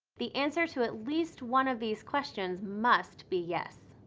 the answer to at least one of these questions must be yes.